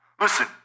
Listen